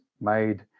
made